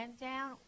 down